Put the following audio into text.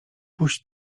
puść